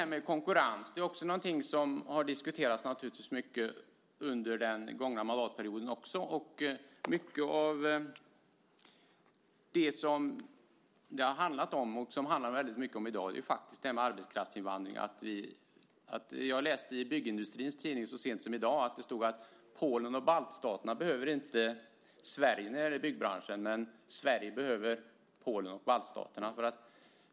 Konkurrens är också någonting som naturligtvis har diskuterats mycket under den gångna mandatperioden. Det som det har handlat om och som det handlar väldigt mycket om i dag är arbetskraftsinvandring. Jag läste i tidningen Byggindustrin senast i dag att Polen och baltstaterna inte behöver Sverige när det gäller byggbranschen, men Sverige behöver Polen och baltstaterna.